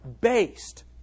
Based